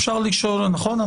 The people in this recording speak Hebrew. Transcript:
אפשר לשאול, נכון?